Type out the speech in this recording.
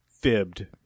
fibbed